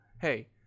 Hey